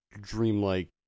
dreamlike